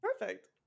Perfect